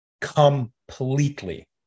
completely